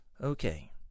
okay